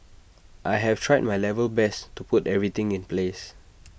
I have tried my level best to put everything in place